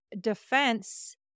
defense